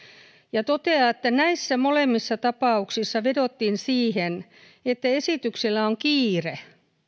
ja toteaa että näissä molemmissa tapauksissa vedottiin siihen että esityksellä on kiire